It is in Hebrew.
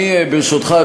ברשותך,